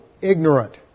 ignorant